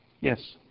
Yes